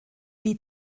wie